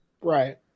Right